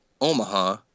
Omaha